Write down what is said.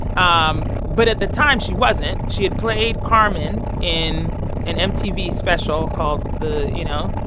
um but at the time, she wasn't she had played carmen in an mtv special called the you know,